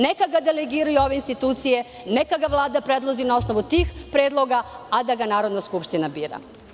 Neka ga delegiraju ove institucije, neka ga Vlada predloži na osnovu tih predloga, a da ga Narodna skupština bira.